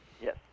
Yes